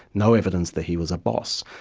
no evidence that he was a boss.